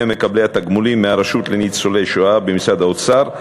מקבלי התגמולים מהרשות לניצולי שואה במשרד האוצר,